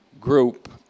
group